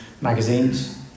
magazines